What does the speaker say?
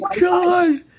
god